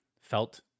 felt